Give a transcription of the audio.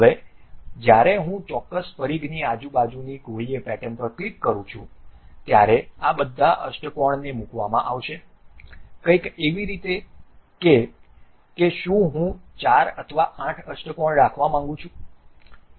હવે જ્યારે હું ચોક્કસ પરિઘની આજુબાજુની ગોળીય પેટર્ન પર ક્લિક કરું છું ત્યારે આ બધા અષ્ટકોણને મૂકવામાં આવશે કંઈક એવી રીતે કે કે શું હું 4 અથવા 8 અષ્ટકોણ રાખવા માંગું છું